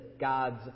God's